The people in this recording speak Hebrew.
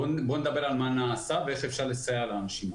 בואו נדבר על מה נעשה ואיך אפשר לסייע לאנשים האלה.